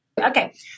Okay